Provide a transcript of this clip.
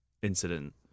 incident